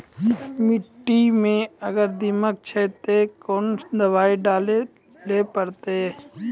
मिट्टी मे अगर दीमक छै ते कोंन दवाई डाले ले परतय?